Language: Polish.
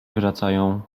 wracają